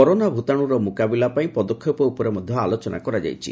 corona ଭୂତାଣୁର ମୁକାବିଲା ପାଇଁ ପଦକ୍ଷେପ ଉପରେ ମଧ୍ୟ ଆଲୋଚନା କରାଯାଇଛି